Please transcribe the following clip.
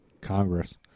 Congress